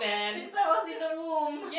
since I was in the womb